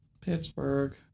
Pittsburgh